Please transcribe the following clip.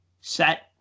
set